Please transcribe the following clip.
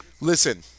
Listen